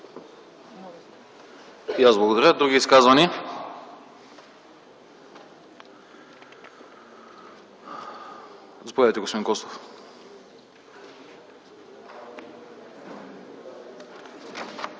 благодаря. Други изказвания? Заповядайте, господин Костов.